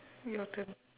your turn